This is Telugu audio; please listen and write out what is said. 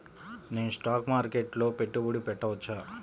నేను స్టాక్ మార్కెట్లో పెట్టుబడి పెట్టవచ్చా?